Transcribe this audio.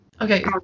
Okay